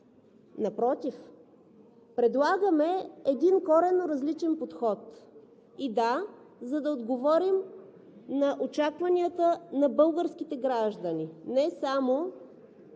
Напротив, предлагаме един коренно различен подход, да, за да отговорим на очакванията на българските граждани – не само